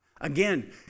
Again